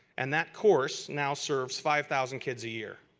and that course now serves five thousand kids a year.